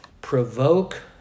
provoke